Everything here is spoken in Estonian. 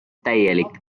täielik